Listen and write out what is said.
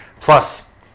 plus